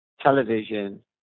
television